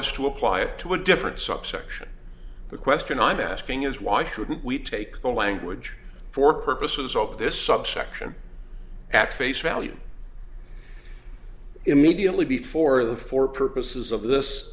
us to apply it to a different subsection the question i'm asking is why shouldn't we take the language for purposes of this subsection at face value immediately before the for purposes of this